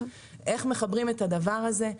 איך מחברים את הדבר הזה.